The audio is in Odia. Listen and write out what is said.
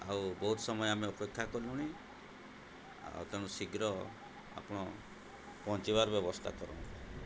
ଆଉ ବହୁତ ସମୟ ଆମେ ଅପେକ୍ଷା କଲୁଣି ଆଉ ତେଣୁ ଶୀଘ୍ର ଆପଣ ପହଞ୍ଚିବାର ବ୍ୟବସ୍ଥା କରନ୍ତୁ